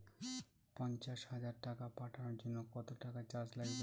পণ্চাশ হাজার টাকা পাঠানোর জন্য কত টাকা চার্জ লাগবে?